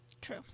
True